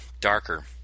darker